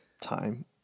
time